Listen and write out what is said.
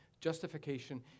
Justification